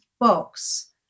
box